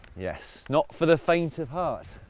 yes. not for the faint of heart.